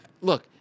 look